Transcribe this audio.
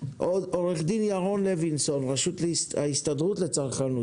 עו"ד ירון לוינסון, רשות ההסתדרות לצרכנות